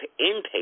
inpatient